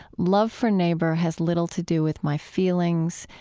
love for neighbor has little to do with my feelings.